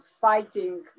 fighting